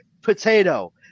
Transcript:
potato